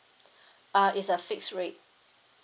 uh it's a fixed rate